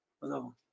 Hello